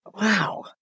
Wow